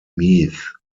meath